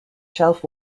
shelf